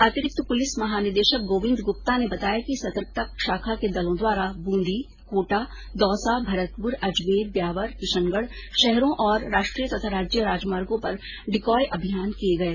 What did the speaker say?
अतिरिक्त पुलिस महानिदेशक गोविन्द गुप्ता ने बताया कि सतर्कता शाखा के दलों द्वारा बूँदी कोटा दौसा भरतपुर अजमेर ब्यावर किशनगढ़ शहरों और राष्ट्रीय तथा राज्य मार्गों पर डिकॉय अभियान किये गये